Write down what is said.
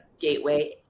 gateway